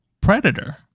Predator